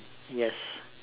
yes